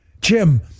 Jim